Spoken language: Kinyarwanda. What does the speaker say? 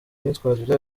imyitwarire